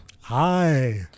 Hi